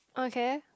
okay